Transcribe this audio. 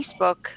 Facebook